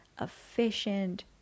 efficient